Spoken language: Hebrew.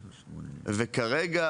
וכרגע,